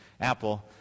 Apple